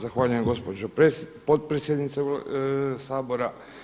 Zahvaljujem, gospođo potpredsjednice Sabora.